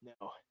no